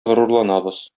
горурланабыз